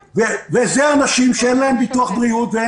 והם אנשים שאין להם ביטוח בריאות ואין